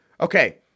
Okay